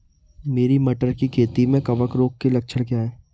मेरी मटर की खेती में कवक रोग के लक्षण क्या हैं?